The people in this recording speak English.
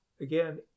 Again